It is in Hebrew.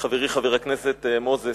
חברי חבר הכנסת מוזס,